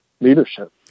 leadership